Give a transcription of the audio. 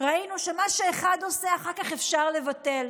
ראינו שמה שאחד עושה, אחר כך אפשר לבטל.